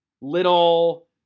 little